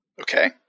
Okay